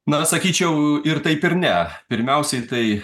na sakyčiau ir taip ir ne pirmiausiai tai